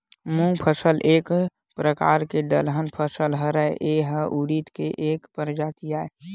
मूंग फसल ह एक परकार के दलहन फसल हरय, ए ह उरिद के एक परजाति आय